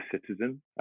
citizen